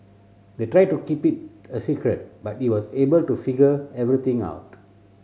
they tried to keep it a secret but he was able to figure everything out